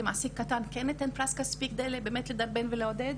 ולמעסיק קטן כן ניתן פרס כספי כדי באמת לדרבן ולעודד.